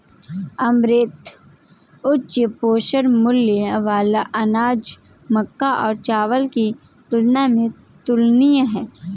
amaranth उच्च पोषण मूल्य वाला अनाज मक्का और चावल की तुलना में तुलनीय है